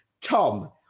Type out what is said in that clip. Tom